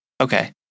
okay